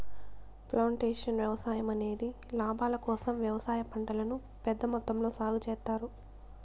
plantation వ్యవసాయం అనేది లాభాల కోసం వ్యవసాయ పంటలను పెద్ద మొత్తంలో సాగు చేత్తారు